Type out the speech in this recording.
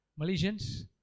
Malaysians